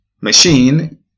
machine